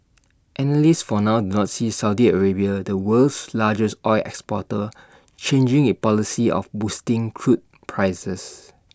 analysts for now do not see Saudi Arabia the world's largest oil exporter changing its policy of boosting crude prices